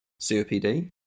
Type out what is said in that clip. COPD